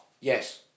Yes